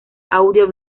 audio